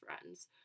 friends